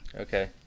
Okay